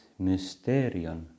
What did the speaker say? mysterion